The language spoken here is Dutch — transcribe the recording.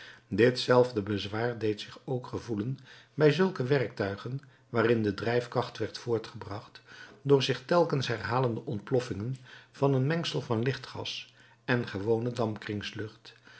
ditzelfde bezwaar deed zich ook gevoelen bij zulke werktuigen waarin de drijfkracht werd voortgebracht door zich telkens herhalende ontploffingen van een mengsel van lichtgas en gewone